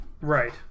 right